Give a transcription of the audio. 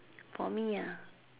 for me